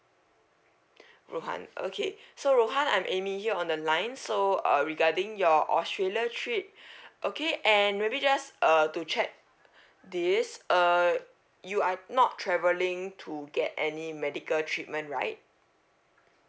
rohan okay so rohan I'm amy here on the line so uh regarding your australia trip okay and maybe just uh to check this uh you are not travelling to get any medical treatment right